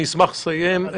אני אשמח לסיים.